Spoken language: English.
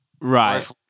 Right